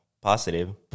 positive